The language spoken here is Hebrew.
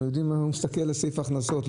אנחנו יודעים שהוא מסתכל על סעיף ההכנסות.